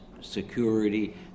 security